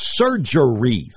surgeries